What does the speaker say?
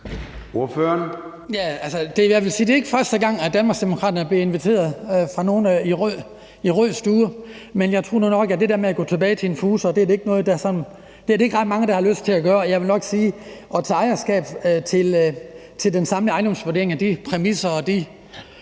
at det ikke er første gang, at Danmarksdemokraterne er blevet inviteret af nogle fra rød stue, men jeg tror nu nok, at det der med at gå tilbage til en fuser er der ikke ret mange der har lyst til at gøre. Jeg vil nok sige, at i forhold til at tage ejerskab på de samlede ejendomsvurderinger – de præmisser, de